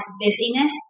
busyness